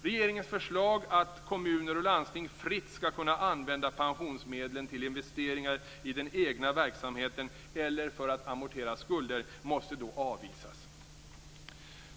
Regeringens förslag att kommuner och landsting fritt skall kunna använda pensionsmedlen till investeringar i den egna verksamheten eller för att amortera skulder måste då avvisas.